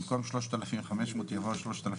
על סעיף קטן (1): במקום 3,500 יבוא 3,700